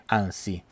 anzi